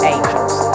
Angels